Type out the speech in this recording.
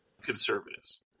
conservatives